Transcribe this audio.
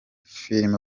filime